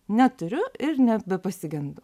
neturiu ir nebepasigendu